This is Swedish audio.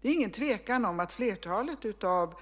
Det är inget tvivel om att flertalet av